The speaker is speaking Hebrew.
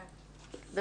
טוב,